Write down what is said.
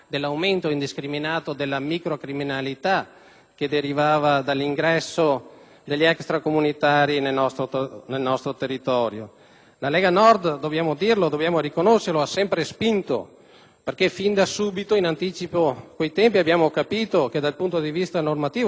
degli extracomunitari nel nostro territorio. La Lega Nord - dobbiamo riconoscerlo - ha sempre spinto in questo senso, perché fin da subito, in anticipo sui tempi, abbiamo capito che dal punto di vista normativo eravamo sicuramente impreparati a fronteggiare il fenomeno dell'immigrazione,